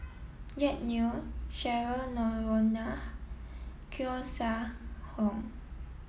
Jack Neo Cheryl Noronha Koeh Sia